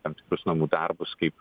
tam tikrus namų darbus kaip